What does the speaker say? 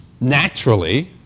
naturally